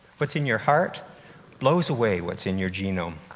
what's in your heart blows away what's in your genome.